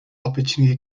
opportunity